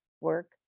work